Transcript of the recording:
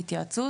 גם כאן,